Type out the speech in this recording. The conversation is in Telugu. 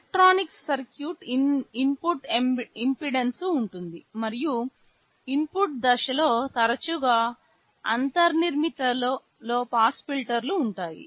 ఎలక్ట్రానిక్ సర్క్యూట్ ఇన్పుట్ ఇంపెడెన్స్ ఉంటుంది మరియు ఇన్పుట్ దశలో తరచుగా అంతర్నిర్మిత లో పాస్ ఫిల్టర్ ఉంటాయి